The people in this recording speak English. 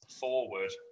forward